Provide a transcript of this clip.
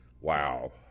Wow